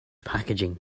packaging